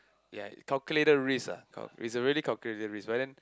ya calculated risk ah cal~ is a really calculated risk but then